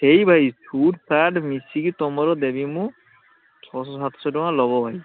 ସେଇ ଭାଇ suit shirt ମିଶିକି ତୁମର ଦେବି ମୁଁ ଛଅଶହ ସାତଶହ ଟଙ୍କା ନେବ ଭାଇ